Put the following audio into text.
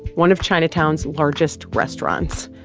one of chinatown's largest restaurants.